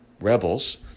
rebels